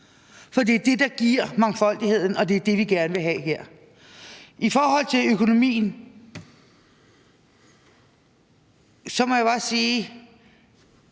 for det er det, der giver mangfoldigheden, og det er det, vi gerne vil have. I forhold til økonomien må jeg bare sige: